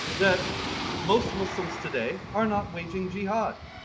that most muslims today are not waging jihad.